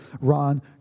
Ron